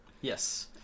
Yes